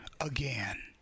again